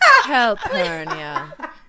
Calpurnia